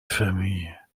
famille